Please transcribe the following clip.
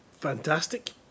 Fantastic